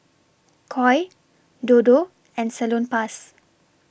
Koi Dodo and Salonpas